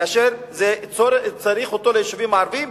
כאשר צריך אותו ליישובים הערביים,